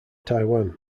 taiwan